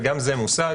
וגם זה מושג